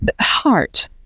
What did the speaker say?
heart